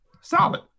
solid